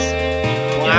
Wow